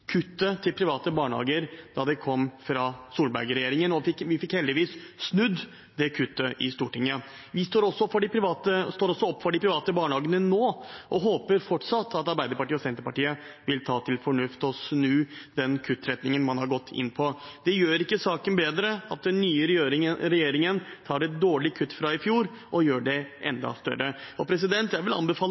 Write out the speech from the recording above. kuttet til private barnehager da forslaget kom fra Solberg-regjeringen. Vi fikk heldigvis snudd det kuttet i Stortinget. Vi står også opp for de private barnehagene nå og håper fortsatt at Arbeiderpartiet og Senterpartiet vil ta til fornuft og snu den kuttretningen man har gått inn på. Det gjør ikke saken bedre at den nye regjeringen tar det dårlige kuttet fra i fjor og gjør det enda større. Jeg vil anbefale